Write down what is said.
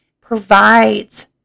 provides